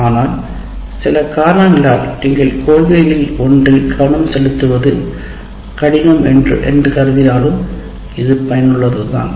ஆனால் சில காரணங்களால் நீங்கள் கொள்கைகளில் ஒன்றில் கவனம் செலுத்துவது கடினம் என்றாலும் இது பயனுள்ளது தான்